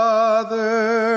Father